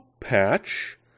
patch